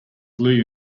blue